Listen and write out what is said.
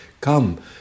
come